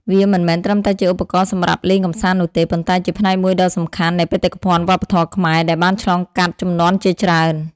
វាមិនមែនត្រឹមតែជាឧបករណ៍សម្រាប់លេងកម្សាន្តនោះទេ ប៉ុន្តែជាផ្នែកមួយដ៏សំខាន់នៃ បេតិកភណ្ឌវប្បធម៌ខ្មែរ ដែលបានឆ្លងកាត់ជំនាន់ជាច្រើន។